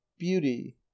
Beauty